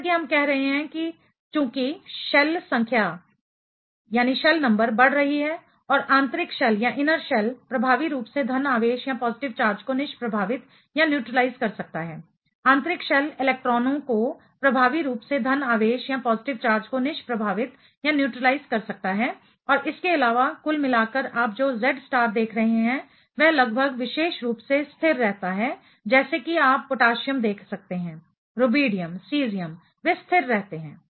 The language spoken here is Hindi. जैसा कि हम कह रहे हैं कि चूंकि शेल संख्या बढ़ रही है आंतरिक शेल प्रभावी रूप से धन आवेश पॉजिटिव चार्ज को निष्प्रभावित न्यूट्रीलाइज कर सकता है आंतरिक शेल इलेक्ट्रॉनों को प्रभावी रूप से धन आवेश पॉजिटिव चार्ज को निष्प्रभावित न्यूट्रीलाइज कर सकता है और इसके अलावा कुल मिलाकर आप जो Z स्टार देख रहे हैं वह लगभग विशेष रूप से स्थिर रहता है जैसे कि आप पोटेशियम देख सकते हैं रुबिडियम सीज़ियम वे स्थिर रहते हैं